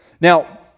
Now